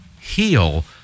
heal